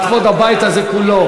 על כבוד הבית הזה כולו.